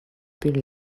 bir